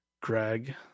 Greg